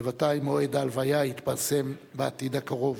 בוודאי, מועד הלוויה יתפרסם בעתיד הקרוב.